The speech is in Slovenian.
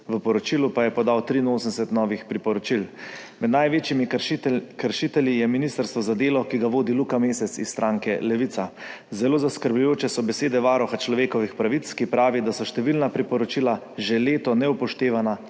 v poročilu pa je podal 83 novih priporočil. Med največjimi kršitelji je ministrstvo za delo, ki ga vodi Luka Mesec iz stranke Levica. Zelo zaskrbljujoče so besede Varuha človekovih pravic, ki pravi, da so številna priporočila že leta neupoštevana,